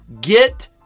Get